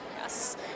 Yes